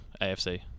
AFC